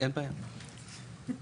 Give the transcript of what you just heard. ולגבי המעמסה